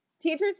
teachers